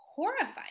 Horrifying